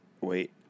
Wait